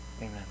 Amen